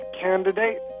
candidate